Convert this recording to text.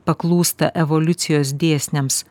paklūsta evoliucijos dėsniams